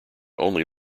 only